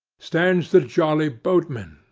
stands the jolly boatmen,